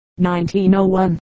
1901